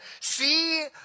see